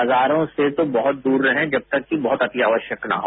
बाजारों से जो बहुतदूर रहें जब तक की बहुत अति आवश्यक न हो